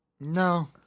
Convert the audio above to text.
No